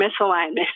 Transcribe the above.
misalignment